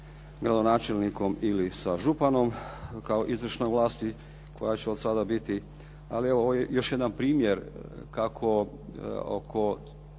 sa gradonačelnikom ili sa županom kao izvršnom vlasti koja će od sada biti. Ali evo, ovo je još jedan primjer kako oko